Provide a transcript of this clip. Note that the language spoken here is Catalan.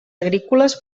agrícoles